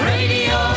Radio